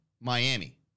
Miami